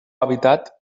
hàbitat